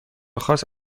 خاص